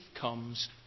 comes